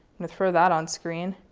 to throw that on screen.